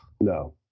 No